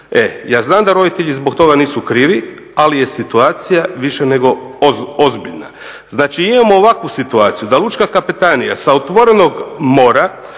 Ja znam da roditelji zbog toga nisu krivi, ali je situacija više nego ozbiljna. Znači imamo ovakvu situaciju, da lučka kapetanija sa otvorenog mora